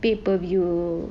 people view